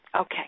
Okay